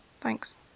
Thanks